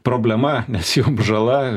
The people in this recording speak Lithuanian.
problema nes juk žala